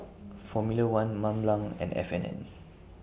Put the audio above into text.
Formula one Mont Blanc and F and N